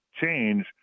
change